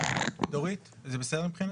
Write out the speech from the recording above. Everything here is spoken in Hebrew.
דורית, זה בסדר מבחינתכם?